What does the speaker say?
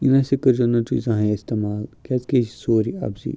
یہِ نَہ سا کٔرۍ زیٛو نہٕ تُہۍ زانٛہہ اِستعمال کیٛازِکہِ یہِ چھُ سورُے اَپزُے